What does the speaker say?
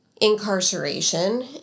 incarceration